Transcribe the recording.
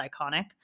iconic